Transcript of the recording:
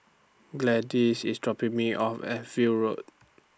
Gladyce IS dropping Me off At View Road